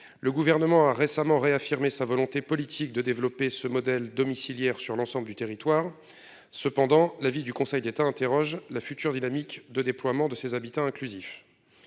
Le gouvernement a récemment réaffirmé sa volonté politique de développer ce modèle domiciliaires sur l'ensemble du territoire. Cependant, l'avis du Conseil d'État interroge la future dynamique de déploiement de ses habitants inclusif.